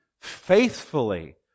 faithfully